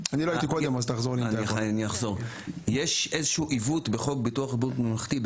יש עיוות בחוק ביטוח הבריאות הממלכתי,